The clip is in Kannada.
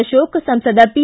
ಅಶೋಕ್ ಸಂಸದ ಪಿ